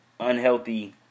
unhealthy